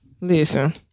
Listen